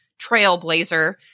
trailblazer